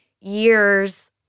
years